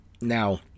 now